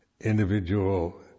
individual